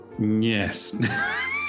Yes